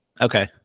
okay